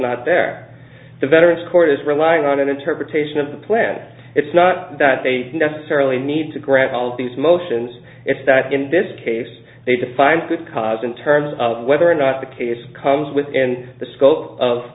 not there the veterans court is relying on an interpretation of the plan it's not that they necessarily need to grant all these motions it's that in this case they define good cause in terms of whether or not the case comes within the scope of